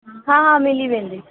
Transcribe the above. हा हा मिली वेंदी